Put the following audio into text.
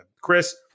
Chris